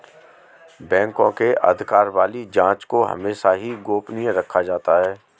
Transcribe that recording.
बैंकों के अधिकार वाली जांचों को हमेशा ही गोपनीय रखा जाता है